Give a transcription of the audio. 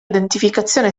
identificazione